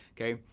kay?